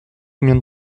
combien